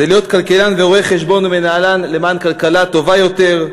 זה להיות כלכלן ורואה-חשבון בנהלל למען כלכלה טובה יותר,